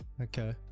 Okay